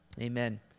Amen